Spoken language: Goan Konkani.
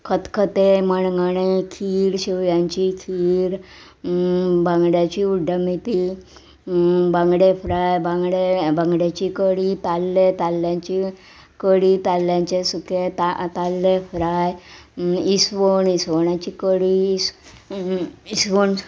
खतखतें मणगणें खीर शेवयांची खीर बांगड्याची उड्डमेती बांगडे फ्राय बांगडे बांगड्याची कडी ताल्ले ताल्ल्याची कडी ताल्ल्यांचे सुकें ताल्ले फ्राय इसवण इसवणाची कडी